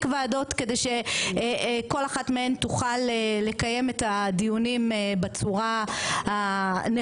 ועדות כדי שכל אחת מהן תוכל לקיים את הדיונים בצורה הנכונה.